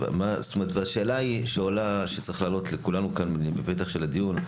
השאלה שצריכה לעלות לכולנו כאן בפתח הדיון,